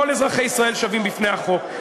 כל אזרחי ישראל שווים בפני החוק.